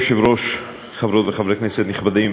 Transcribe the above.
אדוני היושב-ראש, חברות וחברי כנסת נכבדים,